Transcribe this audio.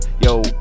Yo